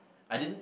I didn't